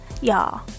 Y'all